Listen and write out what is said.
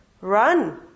Run